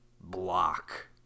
block